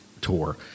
tour